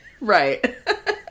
right